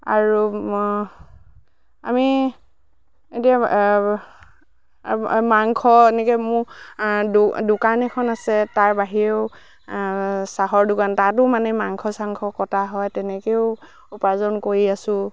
আৰু আমি এতিয়া মাংস এনেকৈ মোৰ দোকান এখন আছে তাৰ বাহিৰেও চাহৰ দোকান তাতো মানে মাংস চাংস কটা হয় তেনেকৈয়ো উপাৰ্জন কৰি আছোঁ